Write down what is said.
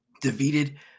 defeated